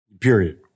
period